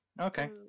Okay